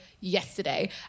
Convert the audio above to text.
yesterday